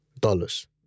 dollars